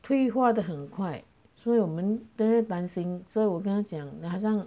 退化得很快所以我们真是担心所以我他讲他好像